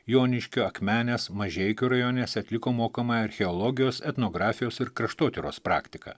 joniškio akmenės mažeikių rajones atliko mokomąjį archeologijos etnografijos ir kraštotyros praktiką